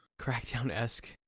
Crackdown-esque